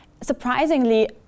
surprisingly